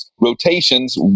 rotations